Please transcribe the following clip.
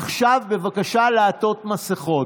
עכשיו בבקשה לעטות מסכות.